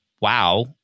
wow